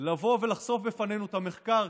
לבוא ולחשוף בפנינו את המחקר,